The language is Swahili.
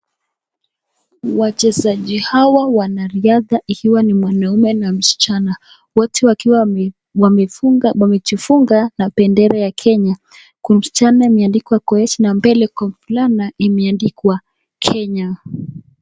Wachezaji hawa wanariadha ikiwa ni mwanaume na msichana; wote wakiwa wamejifunga na bendera ya Kenya. Kwa msichana imeandikwa Koech na mbele kwa mvulana imeandikwa Kenya.